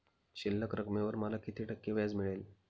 शिल्लक रकमेवर मला किती टक्के व्याज मिळेल?